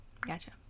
Gotcha